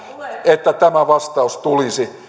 että vastaus tulisi